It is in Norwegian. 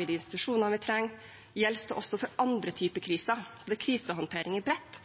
de institusjonene vi trenger, og om dette gjelder også for andre typer kriser. Så det er krisehåndtering i bredt,